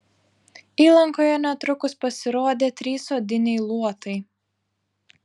įlankoje netrukus pasirodė trys odiniai luotai